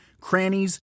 crannies